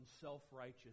self-righteous